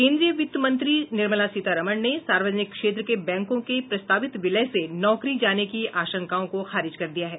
केन्द्रीय वित्त मंत्री निर्मला सीतारामन ने सार्वजनिक क्षेत्र के बैंकों के प्रस्तावित विलय से नौकरी जाने की आशंकाओं को खारिज कर दिया है